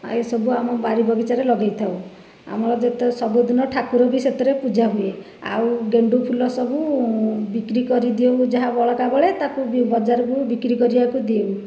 ଏହିସବୁ ଆମ ବାରି ବଗିଚାରେ ଲଗେଇଥାଉ ଆମର ସବୁଦିନ ଠାକୁର ବି ସେଥିରେ ପୂଜା ହୁଏ ଆଉ ଗେଣ୍ଡୁଫୁଲ ସବୁ ବିକ୍ରି କରିଦେଉ ଯାହା ବଳକା ରୁହେ ତାକୁ ବଜାରରେ ବିକ୍ରି କରିବାକୁ ଦେଉ